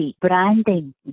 branding